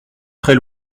très